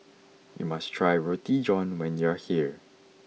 you must try Roti John when you are here